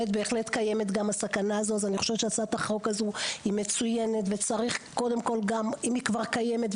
קיימת בהחלט סכנה ואני חושבת שהצעת החוק הזאת מצוינת ואם היא כבר קיימת,